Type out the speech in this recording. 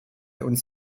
uns